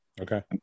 Okay